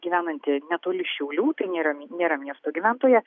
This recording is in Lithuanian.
gyvenanti netoli šiaulių tai nėra nėra miesto gyventoja